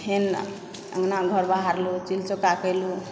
फेर अङ्गना घर बहारलुँ चुल्ही चौका केलुँ